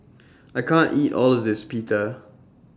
I can't eat All of This Pita